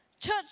church